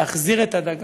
להחזיר את הדגה,